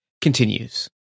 continues